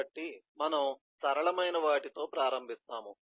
కాబట్టి మనము సరళమైన వాటితో ప్రారంభిస్తాము